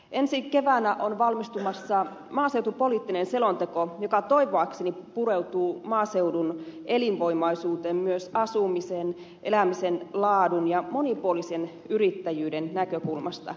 ensi keväänä on valmistumassa maaseutupoliittinen selonteko joka toivoakseni pureutuu maaseudun elinvoimaisuuteen myös asumisen elämisen laadun ja monipuolisen yrittäjyyden näkökulmasta